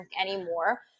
anymore